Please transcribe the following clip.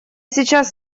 сейчас